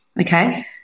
okay